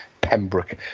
Pembroke